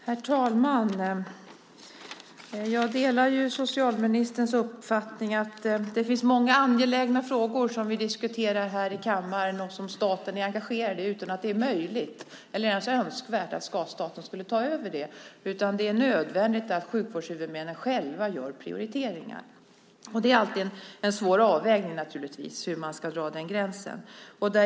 Herr talman! Jag delar socialministerns uppfattning att det finns många angelägna frågor som vi diskuterar här i kammaren och som staten är engagerad i utan att det är möjligt eller ens önskvärt att staten skulle ta över dem, utan det är nödvändigt att sjukvårdshuvudmännen själva gör prioriteringar. Och det är naturligtvis alltid en svår avvägning hur man ska dra den gränsen.